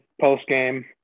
post-game